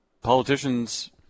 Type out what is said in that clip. politicians